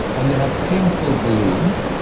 and they had paint-filled balloons,